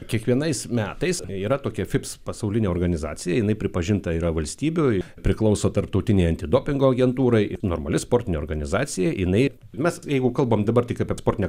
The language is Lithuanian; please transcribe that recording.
kiekvienais metais yra tokia fips pasaulinė organizacija jinai pripažinta yra valstybių priklauso tarptautinei antidopingo agentūrai normali sportinė organizacija jinai mes jeigu kalbam dabar tik apie sportinę